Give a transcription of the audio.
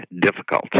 difficult